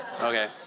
okay